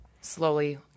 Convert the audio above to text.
slowly